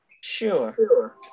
Sure